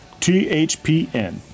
THPN